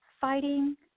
fighting